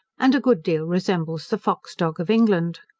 and a good deal resembles the fox dog of england.